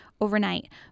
overnight